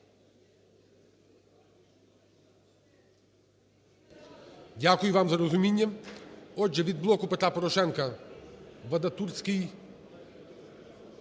Дякую вам за розуміння. Отже, від "Блоку Петра Порошенка"Вадатурський